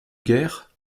guerre